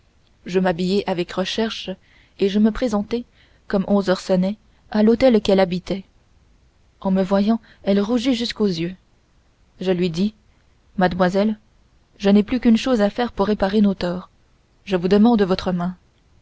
je m'habillai avec recherche et je me présentai comme onze heures sonnaient à l'hôtel qu'elle habitait en me voyant elle rougit jusqu'aux yeux je lui dis mademoiselle je n'ai plus qu'une chose à faire pour réparer nos torts je vous demande votre main